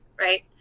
Right